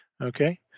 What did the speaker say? Okay